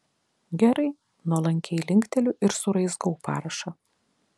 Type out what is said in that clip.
gerai nuolankiai linkteliu ir suraizgau parašą